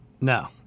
No